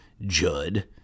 Judd